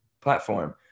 platform